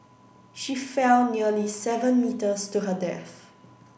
she fell nearly seven metres to her death